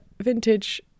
vintage